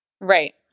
Right